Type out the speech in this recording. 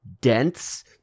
dense